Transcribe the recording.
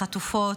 לחטופות,